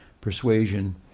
persuasion